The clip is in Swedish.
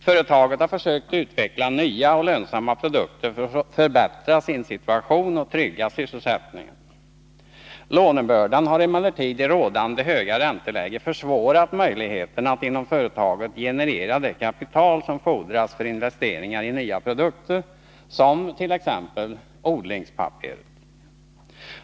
Företaget har försökt att utveckla nya och lönsamma produkter för att förbättra sin situation och trygga sysselsättningen. Lånebördan har emellertid i rådande höga ränteläge försvårat möjligheten att inom företaget generera det kapital som fordras för investeringar i nya produkter, t.ex. odlingspapperet.